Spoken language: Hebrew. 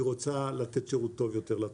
היא רוצה לתת שירות טוב יותר לתושב,